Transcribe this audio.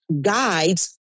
guides